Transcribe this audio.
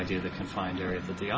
idea the confined areas that the